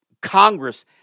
Congress